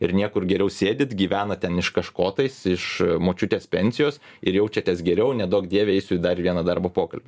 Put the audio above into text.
ir niekur geriau sėdit gyvenat ten iš kažko tais iš močiutės pensijos ir jaučiatės geriau neduok dieve eisiu į dar į vieną darbo pokalbį